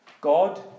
God